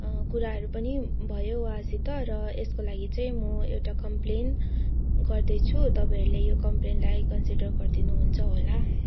कुराहरू पनि भयो उहाँसित र यसको लागि चाहिँ म एउटा कमप्लेन गर्दैछु तपाईँहरूले यो कमप्लेनलाई कन्सिडर गरिदिनु हुन्छ होला